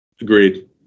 agreed